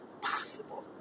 possible